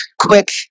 quick